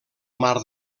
mar